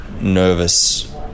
nervous